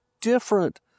different